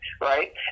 right